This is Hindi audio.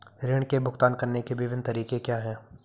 ऋृण के भुगतान करने के विभिन्न तरीके क्या हैं?